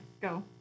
go